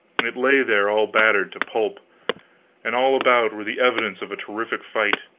it lay there all battered to pulp and all about were the evidences of a terrific fight.